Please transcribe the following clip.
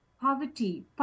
Poverty